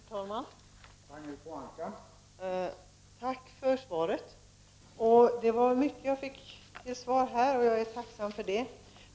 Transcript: Herr talman! Tack för svaret! Det var mycket jag fick till svar, och jag är tacksam för det.